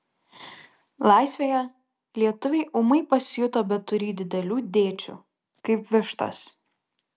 laisvėje lietuviai ūmai pasijuto beturį didelių dėčių kaip vištos